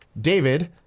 David